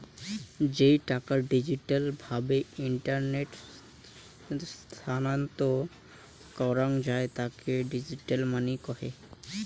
যেই টাকা ডিজিটাল ভাবে ইন্টারনেটে স্থানান্তর করাঙ যাই তাকে ডিজিটাল মানি কহে